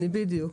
בדיוק.